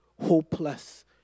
hopeless